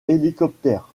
hélicoptères